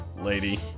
lady